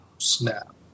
Snap